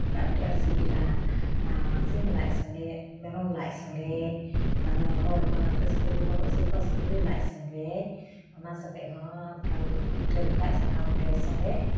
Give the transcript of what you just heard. ᱚᱱᱠᱟ ᱟᱹᱰᱤ ᱟᱸᱴ ᱥᱤᱵᱤᱞᱟ ᱟᱨ ᱥᱤᱢ ᱞᱟᱡ ᱥᱚᱸᱜᱮ ᱢᱮᱨᱚᱢ ᱞᱟᱡ ᱥᱚᱸᱜᱮ ᱚᱠᱟᱫᱚ ᱦᱚᱲ ᱢᱟ ᱮᱱᱛᱮᱫ ᱥᱩᱠᱨᱤ ᱠᱚᱵᱚᱱ ᱟᱹᱥᱩᱞ ᱠᱚᱣᱟ ᱥᱩᱠᱨᱤ ᱞᱟᱡ ᱥᱚᱸᱜᱮ ᱚᱱᱟ ᱥᱚᱸᱜᱮ ᱦᱚᱸ ᱮᱠᱟᱞ ᱯᱤᱴᱷᱟᱹ ᱞᱮᱠᱷᱟᱡ ᱥᱟᱠᱟᱢ ᱨᱮ ᱥᱚᱸᱜᱮ